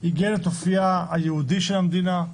עיגן את אופייה היהודי של המדינה.